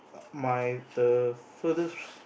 my the furtherest